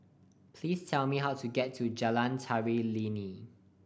please tell me how to get to Jalan Tari Lilin